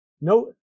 no